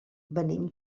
venim